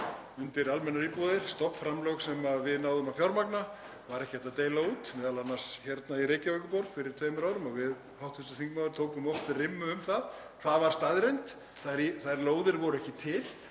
undir almennar íbúðir. Stofnframlög sem við náðum að fjármagna var ekki hægt að deila út, m.a. hérna í Reykjavíkurborg fyrir tveimur árum og við hv. þingmaður tókum oft rimmu um það. Það var staðreynd, þær lóðir voru ekki til